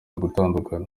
gutandukana